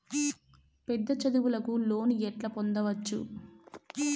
పెద్ద చదువులకు లోను ఎట్లా పొందొచ్చు